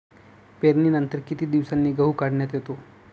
पेरणीनंतर किती दिवसांनी गहू काढण्यात येतो?